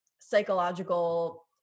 psychological